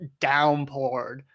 downpoured